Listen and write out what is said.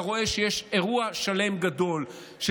הוא היה רואה שיש אירוע שלם גדול של